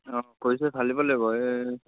অঁ কৈছে ফালিব লাগিব এই